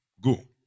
Go